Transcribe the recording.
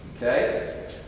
Okay